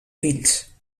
fills